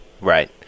Right